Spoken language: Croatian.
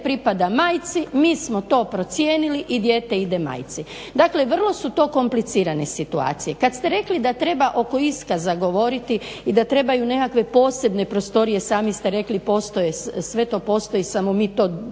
pripada majci, mi smo to procijenili i dijete ide majci. Dakle, vrlo su to komplicirane situacije. Kad ste rekli da treba oko iskaza govoriti i da trebaju nekakve posebne prostorije sami ste rekli, postoje, sve to postoji samo mi to ne koristimo.